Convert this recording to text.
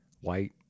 white